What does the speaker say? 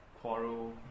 quarrel